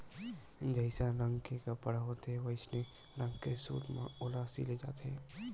जइसन रंग के कपड़ा होथे वइसने रंग के सूत म ओला सिले जाथे